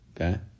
okay